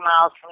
miles